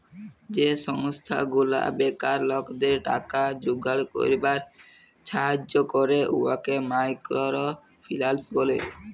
যে সংস্থা গুলা বেকার লকদের টাকা জুগাড় ক্যইরবার ছাহাজ্জ্য ক্যরে উয়াকে মাইকর ফিল্যাল্স ব্যলে